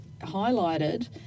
highlighted